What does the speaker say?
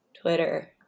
Twitter